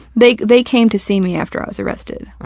they, they came to see me after i was arrested.